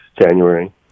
January